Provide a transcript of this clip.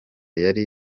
yari